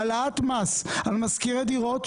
העלאת מס על משכירי דירות,